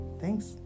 Thanks